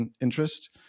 interest